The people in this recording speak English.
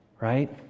right